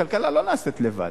הכלכלה לא נעשית לבד.